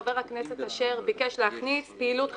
חבר הכנסת אשר ביקש להכניס "פעילות חשמלית".